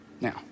Now